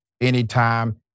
anytime